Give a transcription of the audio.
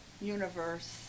Universe